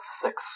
six